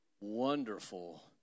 wonderful